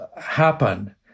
happen